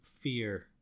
fear